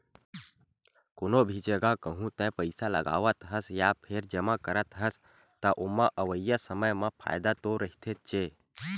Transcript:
कोनो भी जघा कहूँ तेहा पइसा लगावत हस या फेर जमा करत हस, त ओमा अवइया समे म फायदा तो रहिथेच्चे